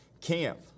camp